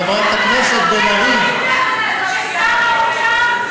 חברת הכנסת בן ארי, איפה הייתם כששר האוצר,